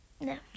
No